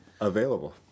available